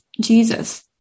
Jesus